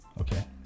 Okay